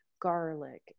garlic